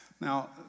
Now